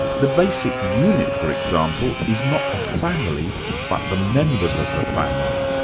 the basic unit for example, is not the family but the members of the family,